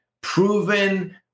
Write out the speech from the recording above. proven